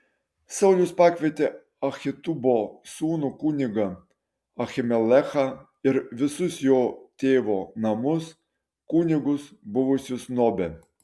saulius pakvietė ahitubo sūnų kunigą ahimelechą ir visus jo tėvo namus kunigus buvusius nobe